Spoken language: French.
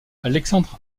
alexandre